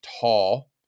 tall